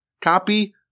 copy